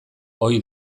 ohi